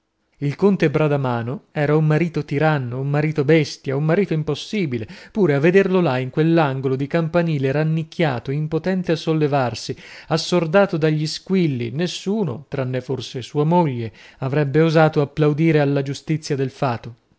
il conte bradamano era un marito tiranno un marito bestia un marito impossibile pure a vederlo là in quell'angolo di campanile rannicchiato impotente a sollevarsi assordato dagli squilli nessuno tranne forse sua moglie avrebbe osato applaudire alla giustizia del fato